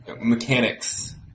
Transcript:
mechanics